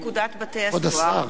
זכות לביטול הסכם בעקבות איחור ניכר